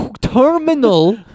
terminal